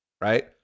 right